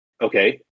Okay